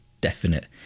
definite